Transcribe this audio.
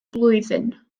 blwyddyn